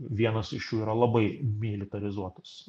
vienas iš jų yra labai militarizuotas